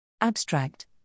abstract